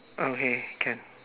okay can